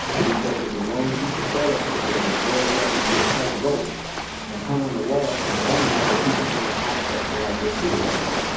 and he said it was a long piece of toilet paper that was rolled up into a tight rope and hung on the wall and burned so people can have access to light their cigarettes.